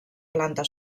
planta